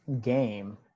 game